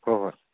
ꯍꯣꯏ ꯍꯣꯏ